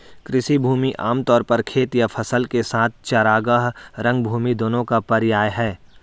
कृषि भूमि आम तौर पर खेत या फसल के साथ चरागाह, रंगभूमि दोनों का पर्याय है